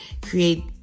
create